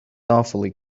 awfully